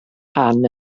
rhan